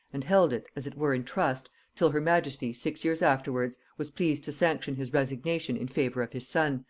and held it, as it were in trust, till her majesty, six years afterwards, was pleased to sanction his resignation in favor of his son,